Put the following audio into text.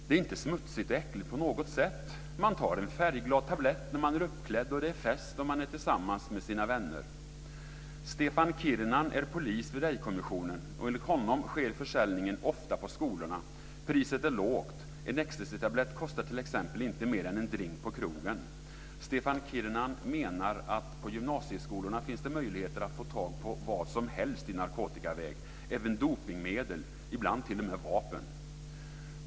Det är inte smutsigt och äckligt på något sätt. Man tar en färgglad tablett när man är uppklädd, det är fest och man är tillsammans med sina vänner. Stefan Kirnan är polis vid rejvkommissionen. Enligt honom sker försäljningen ofta på skolorna. Priset är lågt. En ecstasytablett kostar t.ex. inte mer än en drink på krogen. Stefan Kirnan menar att det på gymnasieskolorna finns möjligheter att få tag på vad som helst i narkotikaväg, även dopningsmedel och ibland t.o.m. vapen.